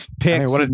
picks